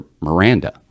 Miranda